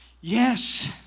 Yes